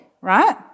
right